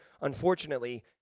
unfortunately